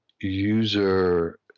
user